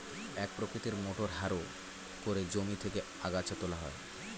এক প্রকৃতির motor harrow করে জমি থেকে আগাছা তোলা হয়